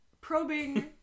Probing